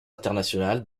internationale